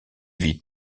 vit